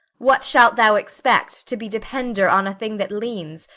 what shalt thou expect to be depender on a thing that leans,